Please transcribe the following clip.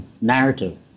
narrative